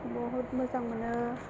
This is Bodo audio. बहुत मोजां मोनो